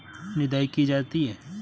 निदाई की जाती है?